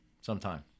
sometime